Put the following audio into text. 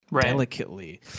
delicately